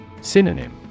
Synonym